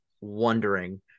wondering